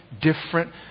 different